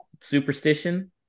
Superstition